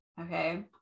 Okay